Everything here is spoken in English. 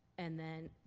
and then